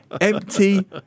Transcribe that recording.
Empty